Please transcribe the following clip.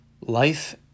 life